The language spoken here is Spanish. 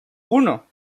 uno